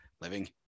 living